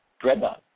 Dreadnought